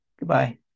Goodbye